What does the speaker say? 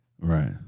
Right